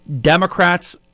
Democrats